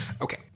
Okay